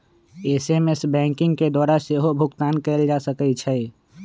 SMS banking के द्वारा सेहो भुगतान कएल जा सकै छै